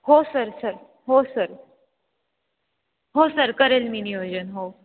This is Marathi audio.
हो सर सर हो सर हो सर करेन मी नियोजन हो